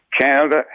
canada